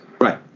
Right